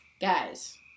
guys